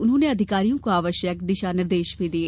उन्होंने अधिकारियों को आवश्यक दिशा निर्देश भी दिये